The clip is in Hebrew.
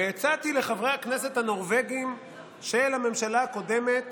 והצעתי לחברי הכנסת הנורבגים של הממשלה הקודמת